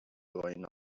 going